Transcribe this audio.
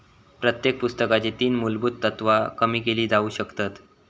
प्रत्येक पुस्तकाची तीन मुलभुत तत्त्वा कमी केली जाउ शकतत